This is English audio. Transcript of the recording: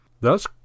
Thus